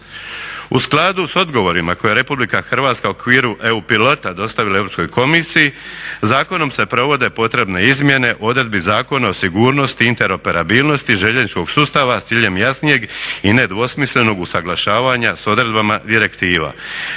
U skladu s odgovorima koje je RH u okviru EU pilota dostavila Europskoj komisiji zakonom se provode potrebne izmjene odredbi Zakona o sigurnosti i interoperabilnosti željezničkog sustava s ciljem jasnijeg i nedvosmislenog usuglašavanja s odredbama direktiva.